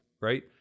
right